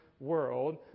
world